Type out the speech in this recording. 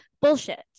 Bullshit